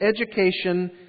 education